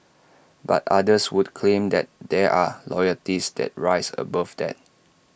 but others would claim that there are loyalties that rise above that